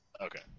Okay